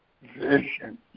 vision